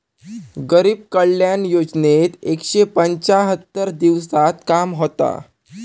गरीब कल्याण योजनेत एकशे पंच्याहत्तर दिवसांत काम होता